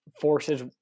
forces